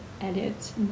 edit